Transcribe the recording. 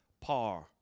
par